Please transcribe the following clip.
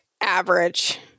average